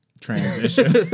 Transition